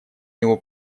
него